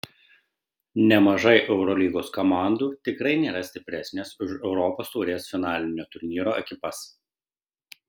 nemažai eurolygos komandų tikrai nėra stipresnės už europos taurės finalinio turnyro ekipas